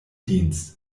dienst